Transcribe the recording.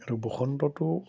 আৰু বসন্তটো